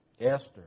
Esther